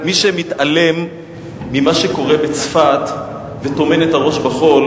מי שמתעלם ממה שקורה בצפת וטומן את הראש בחול